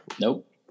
Nope